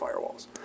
firewalls